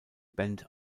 band